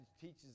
teaches